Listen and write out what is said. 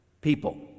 people